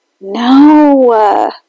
no